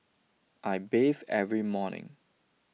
I bathe every morning